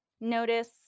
Notice